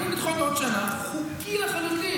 הם יכולים לדחות בעוד שנה, חוקי לחלוטין.